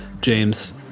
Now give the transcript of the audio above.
James